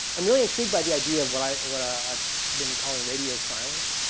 i'm really intrigued by the idea of what i've what i've been calling radio silence,